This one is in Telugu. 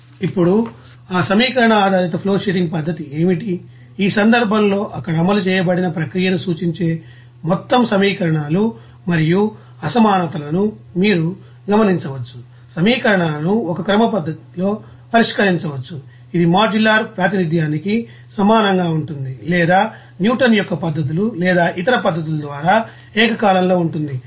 ఇప్పుడు ఆ సమీకరణ ఆధారిత ఫ్లోషీటింగ్ పద్ధతి ఏమిటి ఈ సందర్భంలో అక్కడ అమలు చేయబడిన ప్రక్రియను సూచించే మొత్తం సమీకరణాలు మరియు అసమానతలను మీరు గమనించవచ్చు సమీకరణాలను ఒక క్రమ పద్ధతిలో పరిష్కరించవచ్చు ఇది మాడ్యులర్ ప్రాతినిధ్యానికి సమానంగా ఉంటుంది లేదా న్యూటన్ యొక్క పద్ధతులు లేదా ఇతర పద్ధతుల ద్వారా ఏకకాలంలో ఉంటుంది